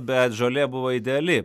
bet žolė buvo ideali